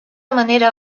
manera